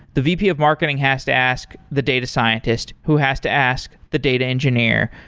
the vp of marketing has to ask the data scientist, who has to ask the data engineer,